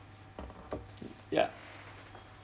ya